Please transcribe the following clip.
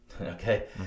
okay